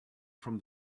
from